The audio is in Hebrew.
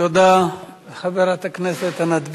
תודה לחברת הכנסת עינת וילף.